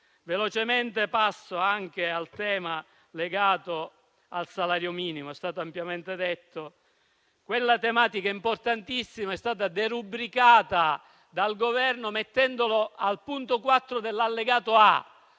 dell'edilizia. Passo al tema legato al salario minimo. Come è stato ampiamente detto, quella tematica importantissima è stata derubricata dal Governo mettendola al punto quattro dell'allegato A.